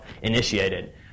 initiated